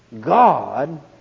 God